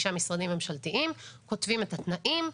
וחמישה משרדים ממשלתיים כותבים את התנאים.